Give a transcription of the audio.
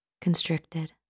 constricted